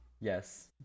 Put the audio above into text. Yes